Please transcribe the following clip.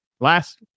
last